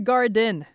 Garden